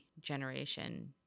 generation –